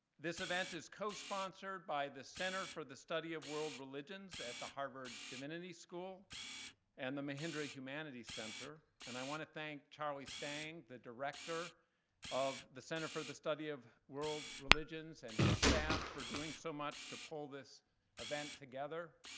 this event is co-sponsored by the center for the study of world religions at the harvard divinity school and the mahindra humanities center. and i want to thank charlie stang, the director of the center for the study of world religions, and his staff for doing so much to pull this event together.